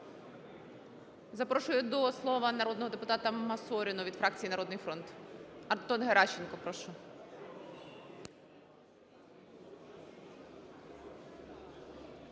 Запрошую до слова народного депутата Масоріну від фракції "Народний фронт". Антон Геращенко, прошу.